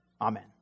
Amen